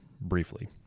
briefly